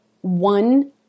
one